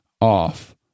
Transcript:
off